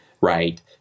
right